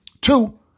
Two